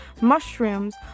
mushrooms